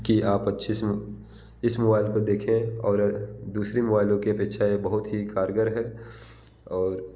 कि आप अच्छे से इस मोबाइल को देखें और दूसरे मोबाइलों के अपेक्षा ये बहुत ही कारगर है और